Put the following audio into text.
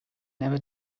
never